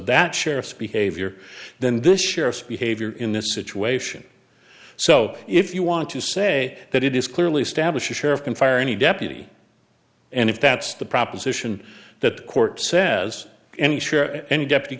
that sheriff's behavior than this sheriff's behavior in this situation so if you want to say that it is clearly established a share of can fire any deputy and if that's the proposition that the court says any